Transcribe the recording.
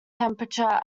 temperature